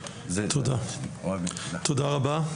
תודה רבה.